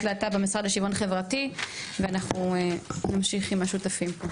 להט"ב במשרד לשוויון חברתי ואנחנו נמשיך עם השותפים.